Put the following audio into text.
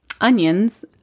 onions